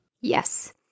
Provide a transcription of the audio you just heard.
Yes